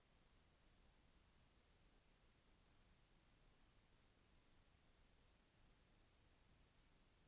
నా లోన్ యెక్క వడ్డీ ఎంత కట్ అయిందో చెప్పగలరా?